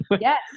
Yes